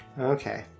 okay